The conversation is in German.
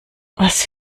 was